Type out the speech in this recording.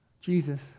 Jesus